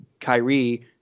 Kyrie